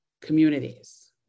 communities